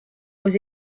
aux